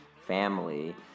family